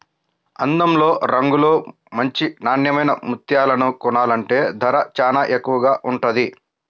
అందంలో, రంగులో మంచి నాన్నెమైన ముత్యాలను కొనాలంటే ధర చానా ఎక్కువగా ఉంటది